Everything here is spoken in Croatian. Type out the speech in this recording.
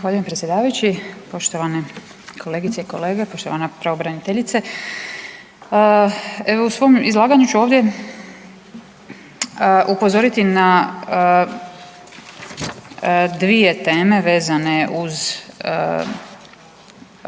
Zahvaljujem predsjedavajući. Poštovane kolegice i kolege, poštovana pravobraniteljice. Evo u svom izlaganju ću ovdje upozoriti na dvije teme vezane uz